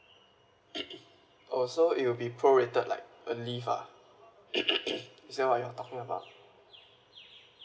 oh so it will be prorated like a leave lah is that what you are talking about